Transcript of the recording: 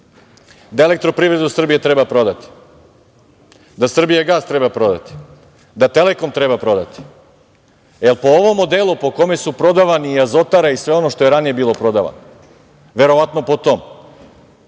da „Elektroprivredu Srbije“ treba prodati, da „Srbijagas“ treba prodati, da „Telekom“ treba prodati. Jel po ovom modelu po kome su prodavani Azotara i sve ono što je ranije bilo prodato? Verovatno po tom.